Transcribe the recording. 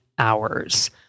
hours